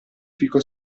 fico